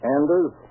Anders